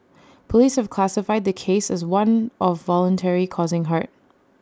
Police have classified the case as one of voluntary causing hurt